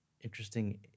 interesting